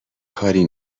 کاری